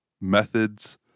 methods